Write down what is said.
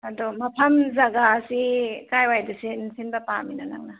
ꯑꯗꯣ ꯃꯐꯝ ꯖꯥꯒꯥꯁꯤ ꯀꯥꯏꯋꯥꯏꯗ ꯁꯤꯟꯕ ꯄꯥꯝꯃꯤꯅꯣ ꯅꯪꯅ